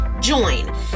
join